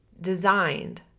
designed